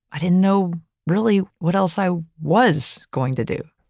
i didn't know really what else i was going to do.